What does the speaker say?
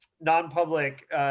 non-public